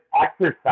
exercise